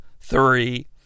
three